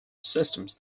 systems